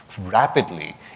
rapidly